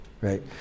right